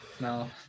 No